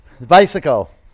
Bicycle